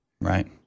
Right